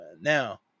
Now